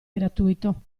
gratuito